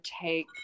take